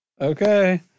Okay